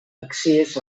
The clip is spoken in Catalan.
accés